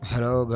Hello